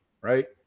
right